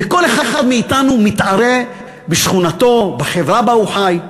וכל אחד מאתנו מתערה בשכונתו, בחברה שבה הוא חי,